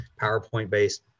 PowerPoint-based